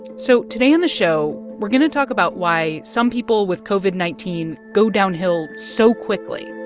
so today on the show, we're going to talk about why some people with covid nineteen go downhill so quickly